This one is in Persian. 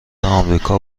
آمریکا